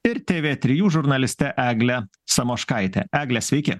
ir tv trijų žurnaliste egle samoškaite egle sveiki